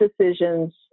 decisions